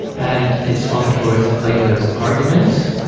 and it swung towards plato's arguments,